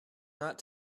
not